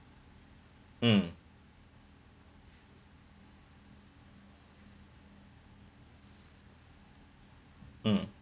mm mm